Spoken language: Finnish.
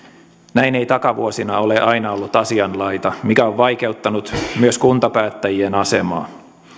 näin ei takavuosina ole aina ollut asianlaita mikä on vaikeuttanut myös kuntapäättäjien asemaa